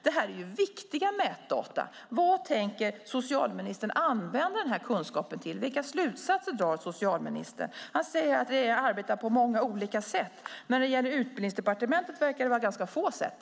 Detta är viktiga mätdata. Vad tänker socialministern använda den kunskapen till? Vilka slutsatser drar socialministern? Han säger att man arbetar på många olika sätt. På Utbildningsdepartementet verkar det vara ganska få sätt.